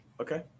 Okay